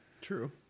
True